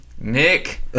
Nick